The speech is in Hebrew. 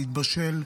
זה התבשל,